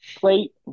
plate